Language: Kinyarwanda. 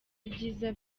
ibyiza